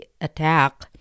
attack